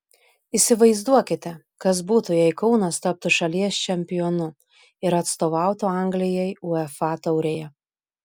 įsivaizduokite kas būtų jei kaunas taptų šalies čempionu ir atstovautų anglijai uefa taurėje